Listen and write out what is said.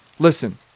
Listen